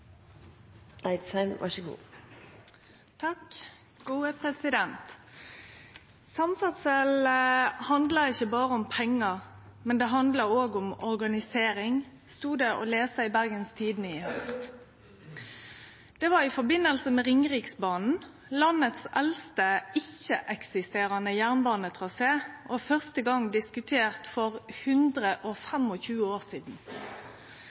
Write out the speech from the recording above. handler ikke bare om penger, men også om organisering», stod det å lese i Bergens Tidende i haust. Det var i samband med Ringeriksbanen – landets eldste ikkje-eksisterande jernbanetrasé, første gong diskutert for 125 år sidan. Planlegging av veg og